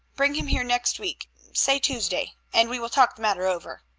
bring him here next week say tuesday and we will talk the matter over.